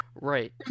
Right